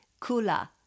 Kula